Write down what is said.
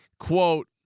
Quote